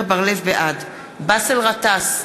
בעד באסל גטאס,